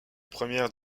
première